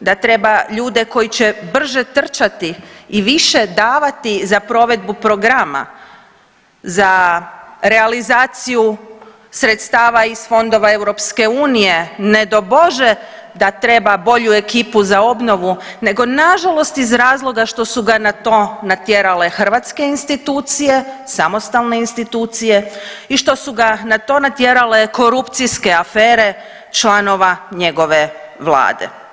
da treba ljude koji će brže trčati i više davati za provedbu programa, za realizaciju sredstava iz fondova EU, ne do bože da treba bolju ekipu za obnovu nego nažalost iz razloga što su ga na to natjerale hrvatske institucije samostalne institucije i što su ga na to natjerale korupcijske afere članova njegove vlade.